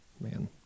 man